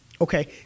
Okay